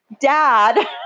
dad